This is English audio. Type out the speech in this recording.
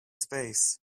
space